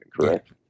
correct